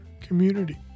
community